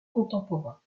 contemporains